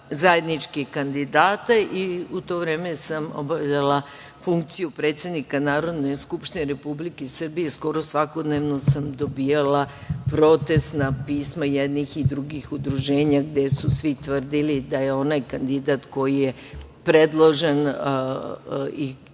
zajedničkih kandidata. U to vreme sam obavljala funkciju predsednika Narodne skupštine Republike Srbije, skoro svakodnevno sam dobijala protesna pisma i jednih, i drugih udruženja gde su svi tvrdili da je onaj kandidat koji predložen i